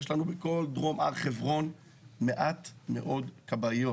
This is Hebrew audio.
יש לנו בכל דרום הר חברון מעט מאוד כבאיות.